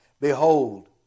Behold